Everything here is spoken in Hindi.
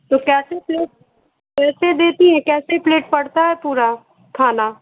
तो कैसे प्लेट कैसे देती हैं कैसे प्लेट पड़ता है पूरा खाना